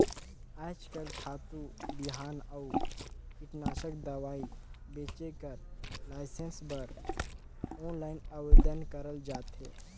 आएज काएल खातू, बीहन अउ कीटनासक दवई बेंचे कर लाइसेंस बर आनलाईन आवेदन करल जाथे